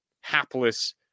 hapless